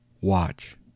watch